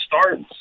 starts